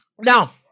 Now